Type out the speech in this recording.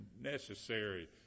necessary